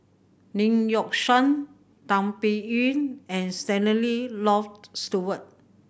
Lee Yock Suan Tan Biyun and Stanley Loft Stewart